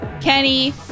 Kenny